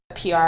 PR